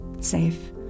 safe